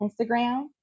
Instagram